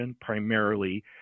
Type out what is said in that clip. primarily